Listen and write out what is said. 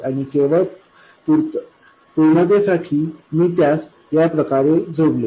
आणि केवळ पूर्णतेसाठी मी त्यास या प्रमाणे जोडेल